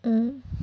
mm